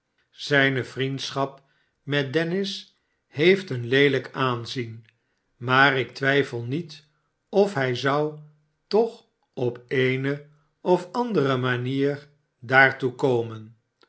zijne vnendschap met dennis heeft een leelijk aanzien maar ik twijfel met of hij zou toch op eene of andere manier daartoe komen